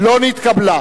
לא נתקבלה.